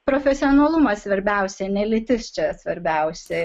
profesionalumas svarbiausia ne lytis čia svarbiausia